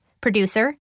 Producer